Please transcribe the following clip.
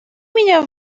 меня